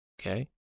Okay